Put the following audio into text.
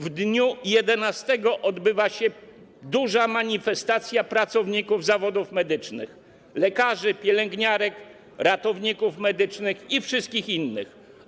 W dniu 11 września odbędzie się duża manifestacja pracowników zawodów medycznych: lekarzy, pielęgniarek, ratowników medycznych i wszystkich innych.